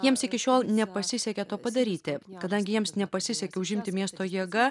jiems iki šiol nepasisekė to padaryti kadangi jiems nepasisekė užimti miesto jėga